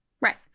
Right